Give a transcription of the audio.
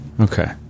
Okay